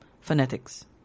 phonetics